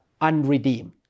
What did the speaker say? unredeemed